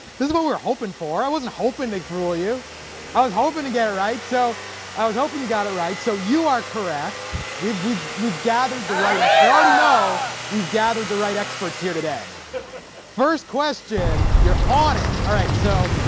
this is what we're hoping for i wasn't hoping they'd fool you i was hoping to get it right so i was hoping you got it right so you are correct we've we've we've gathered the right x i already know we've gathered the right experts here today first question you're on it all right. so,